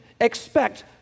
expect